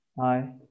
Hi